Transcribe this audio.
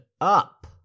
up